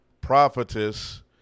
prophetess